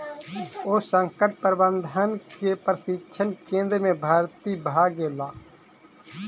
ओ संकट प्रबंधन के प्रशिक्षण केंद्र में भर्ती भ गेला